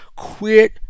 quit